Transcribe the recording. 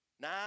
Now